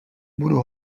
budu